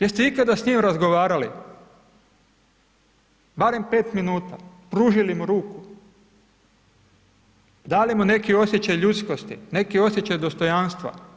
Jeste li ikada s njim razgovarali barem 5 minuta, pružili mu ruku, dali mu neki osjećaj ljudskosti, neki osjećaj dostojanstva?